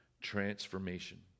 Transformation